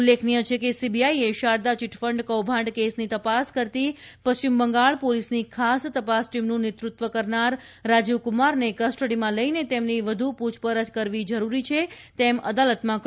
ઉલ્લેખનીય છે કે સીબીઆઈએ શારદા ચીટફંડ કૌભાંડ કેસની તપાસ કરતી પશ્ચિમ બંગાળ પોલીસની ખાસ તપાસ ટીમનું નેતૃત્વ કરનાર રાજીવકુમારને કસ્ટડીમાં લઈને તેમની વધુ પૂછપરછ કરવી જરૂરી છે તેમ અદાલતમાં કહ્યું હતું